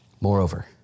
Moreover